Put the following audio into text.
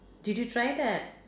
did you try that